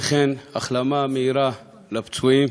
וכן החלמה מהירה לפצועים.